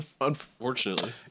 unfortunately